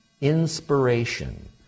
inspiration